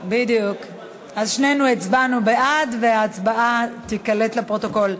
שנינו הצבענו בעד, וההצבעה תיקלט לפרוטוקול.